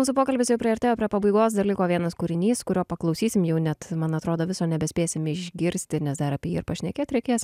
mūsų pokalbis jau priartėjo prie pabaigos dar liko vienas kūrinys kurio paklausysim jau net man atrodo viso nebespėsim išgirsti nes dar apie jį pašnekėt reikės